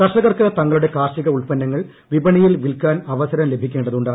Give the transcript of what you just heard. കർഷകർക്ക് തങ്ങളുടെ ക്യാർഷിക ഉൽപന്നങ്ങൾ വിപണിയിൽ വിൽക്കാൻ അവസ്രം ലഭിക്കേണ്ടതുണ്ട്